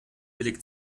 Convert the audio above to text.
billig